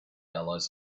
allies